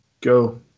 Go